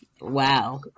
Wow